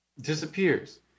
disappears